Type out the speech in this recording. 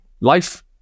life